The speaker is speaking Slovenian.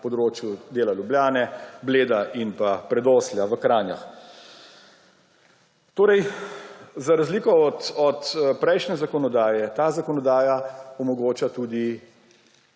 na področju dela Ljubljane, Bleda in Predoselj pri Kranju. Za razliko od prejšnje zakonodaje ta zakonodaja omogoča tudi